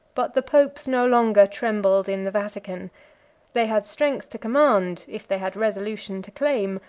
but the popes no longer trembled in the vatican they had strength to command, if they had resolution to claim,